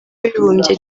w’abibumbye